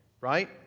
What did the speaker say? Right